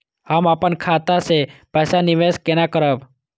हम अपन खाता से पैसा निवेश केना करब?